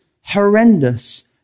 horrendous